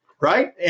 right